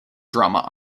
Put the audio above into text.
drama